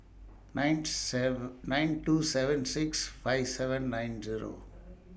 nine seven nine two seven six five seven nine Zero